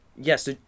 Yes